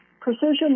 precision